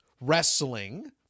wrestling